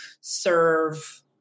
serve